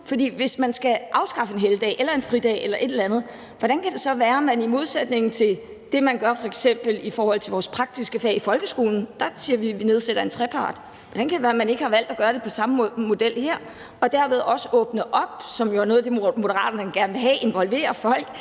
hvis man skal afskaffe en helligdag eller en fridag eller noget andet, hvordan kan det så være, at man i modsætning til det, man f.eks. gør i forhold til de praktiske fag i folkeskolen, hvor man vil nedsætte en trepart, ikke har valgt at bruge den samme model og derved også åbne op – som jo er noget af det, Moderaterne gerne vil have – og involvere folk